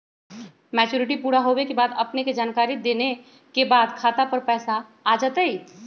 Maturity पुरा होवे के बाद अपने के जानकारी देने के बाद खाता पर पैसा आ जतई?